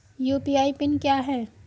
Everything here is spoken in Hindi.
यू.पी.आई पिन क्या है?